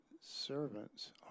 servant's